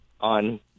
on